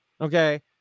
okay